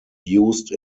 used